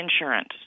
insurance